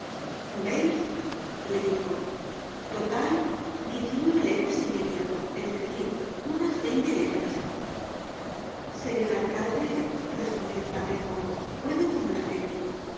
le dijo total diez y nueve leguas y media es decir unas veinte legtías señor alcalde respondió el flamenco puedo complaceros